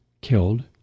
killed